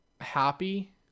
happy